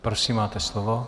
Prosím, máte slovo.